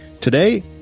Today